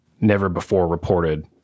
never-before-reported